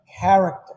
character